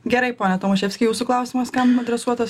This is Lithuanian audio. gerai pone tomaševski jūsų klausimas kam adresuotas